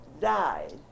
died